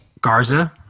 garza